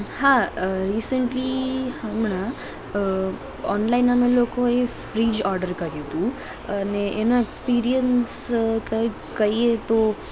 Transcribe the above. હા રીસેન્ટલી હમણાં ઓનલાઇન અમે લોકોએ ફ્રિજ ઓર્ડર કર્યું હતું અને એનો એક્સપીરિએન્સ કંઈ કહીએ તો